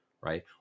right